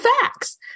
facts